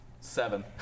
Seven